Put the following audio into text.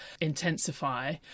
intensify